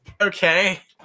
Okay